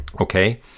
Okay